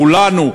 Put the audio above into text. כולנו,